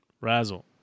Razzle